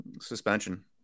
suspension